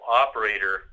operator